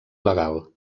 legal